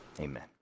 Amen